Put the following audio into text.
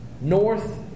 north